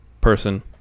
person